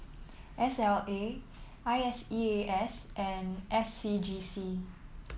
S L A I S E A S and S C G C